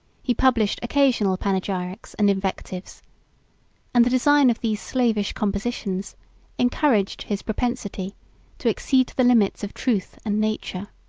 he published occasional panegyrics and invectives and the design of these slavish compositions encouraged his propensity to exceed the limits of truth and nature.